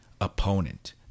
opponent